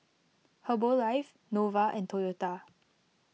Herbalife Nova and Toyota